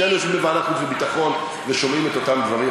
שנינו יושבים בוועדת חוץ וביטחון ושומעים את אותם דברים,